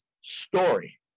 story